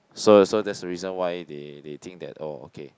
so so that's the reason why they they think that oh okay